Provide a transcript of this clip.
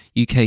UK